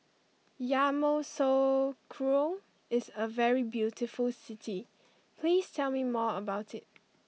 Yamoussoukro is a very beautiful city please tell me more about it